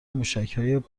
موشکهای